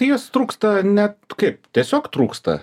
jos trūksta net kaip tiesiog trūksta